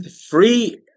free